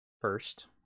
First